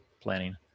planning